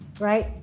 right